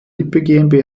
lippe